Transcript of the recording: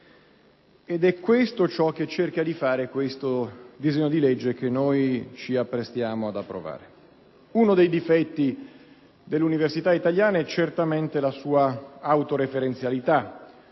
ed è questo ciò che cerca di fare il disegno di legge che ci apprestiamo ad approvare. Uno dei difetti dell'università italiana è certamente la sua autoreferenzialità,